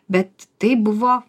bet tai buvo